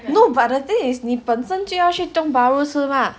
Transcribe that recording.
no but the thing is need 本身就要去 tiong bahru 吃 mah